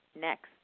next